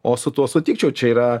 o su tuo sutikčiau čia yra